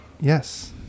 yes